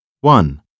One